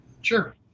Sure